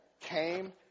came